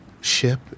ship